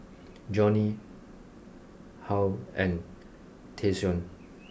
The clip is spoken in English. Jonnie Halle and Tayshaun